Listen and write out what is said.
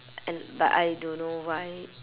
and but I don't know why